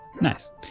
Nice